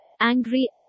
angry